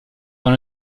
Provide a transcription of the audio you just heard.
dans